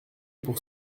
pour